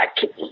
kitty